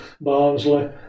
Barnsley